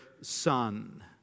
son